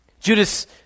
Judas